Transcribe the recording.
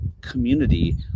community